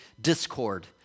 discord